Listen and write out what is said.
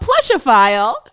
plushophile